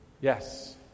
Yes